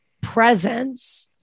presence